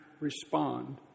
respond